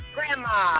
Grandma